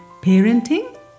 parenting